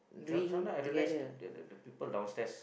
some~ sometimes I rest at the the the people downstairs